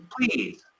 Please